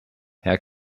herr